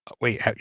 wait